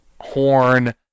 horn